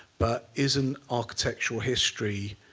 but isn't architectural history,